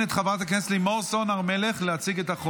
מיכל שיר ויוסף עטאונה, הצבעתם